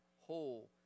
whole